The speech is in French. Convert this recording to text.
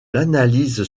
l’analyse